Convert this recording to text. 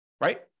right